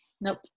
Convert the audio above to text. Nope